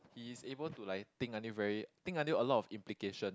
he is able to like think until very think until a lot of implication